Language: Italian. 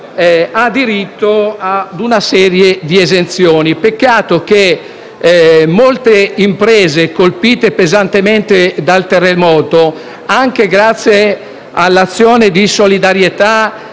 ha diritto a una serie di esenzioni. Peccato che molte imprese colpite pesantemente dal terremoto, anche grazie alla solidarietà